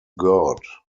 god